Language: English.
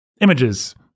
images